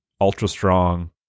ultra-strong